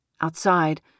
Outside